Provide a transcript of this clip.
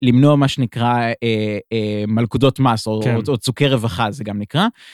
למנוע מה שנקרא מלכודות מס או צוקי רווחה, זה גם נקרא.